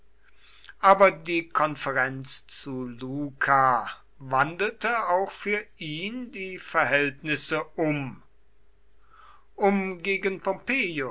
aber die konferenz zu luca wandelte auch für ihn die verhältnisse um um gegen